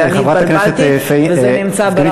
אני התבלבלתי, זה נמצא ברמאללה.